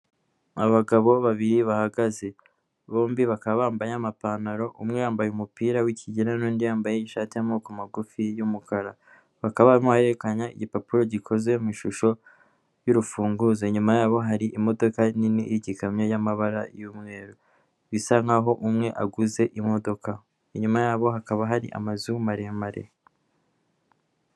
Abagabo babiri bahagaze, bombi bakaba bambaye amapantaro. Umwe yambaye umupira w'ikigina n'undi yambaye ishati y'amaboko magufi y'umukara. Bakaba barimo barerekana igipapuro gikoze mu ishusho y'urufunguzo, nyuma yabo hari imodoka nini y'igikamyo y'amabara y'umweru. Bisa nkaho umwe aguze imodoka. Inyuma yabo hakaba hari amazu maremare.